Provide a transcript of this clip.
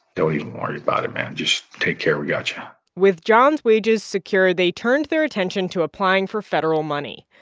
don't even worry about it, man. just take care. we got you yeah with john's wages secure, they turned their attention to applying for federal money.